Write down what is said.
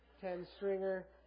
ten-stringer